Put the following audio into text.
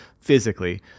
physically